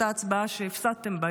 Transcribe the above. אותה הצבעה שהפסדתם בה,